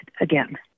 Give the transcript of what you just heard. again